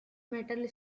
metal